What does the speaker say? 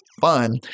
fun